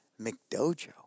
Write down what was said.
McDojo